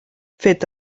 fet